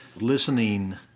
listening